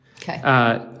Okay